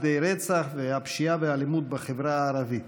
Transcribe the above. כדי רצח והפשיעה והאלימות בחברה הערבית